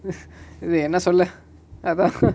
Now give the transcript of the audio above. இது என்ன சொல்ல அதா:ithu enna solla atha